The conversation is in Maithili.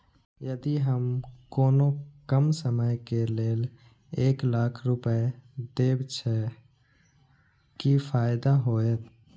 यदि हम कोनो कम समय के लेल एक लाख रुपए देब छै कि फायदा होयत?